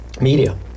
media